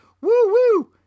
woo-woo